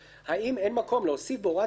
האם אין מקום להוסיף בהוראת המעבר,